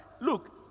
Look